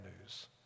news